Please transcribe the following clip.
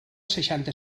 seixanta